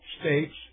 states